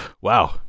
wow